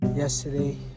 Yesterday